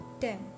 ten